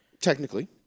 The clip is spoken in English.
Technically